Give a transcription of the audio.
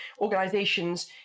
organizations